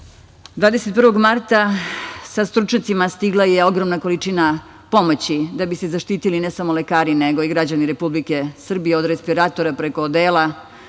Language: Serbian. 21. marta sa stručnjacima stigla je ogromna količina pomoći da bi se zaštitili ne samo lekari, nego i građani Republike Srbije, od respiratora, preko odela